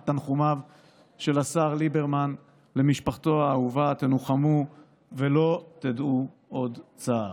היום, בעומדי כאן על דוכן הכנסת,